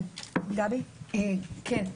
גבי, בבקשה.